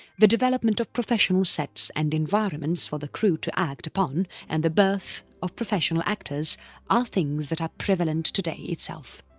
the development of professional sets and environments for the crew to act upon and the birth of professional actors are things that are prevalent today itself.